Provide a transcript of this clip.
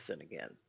again